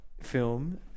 film